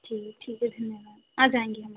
जी ठीक है धन्यवाद आ जाएँगे हम